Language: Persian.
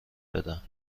بدم